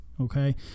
okay